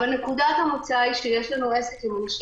נקודת המוצא היא שיש לנו עסק עם אנשים